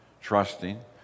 trusting